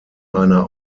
einer